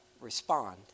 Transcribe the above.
respond